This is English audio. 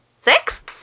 six